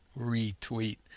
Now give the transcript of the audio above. retweet